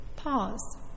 pause